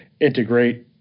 integrate